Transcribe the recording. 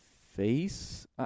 face